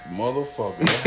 motherfucker